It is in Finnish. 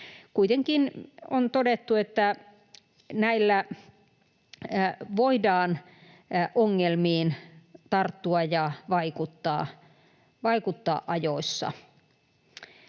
Kuitenkin on todettu, että näillä voidaan ongelmiin tarttua ja vaikuttaa ajoissa.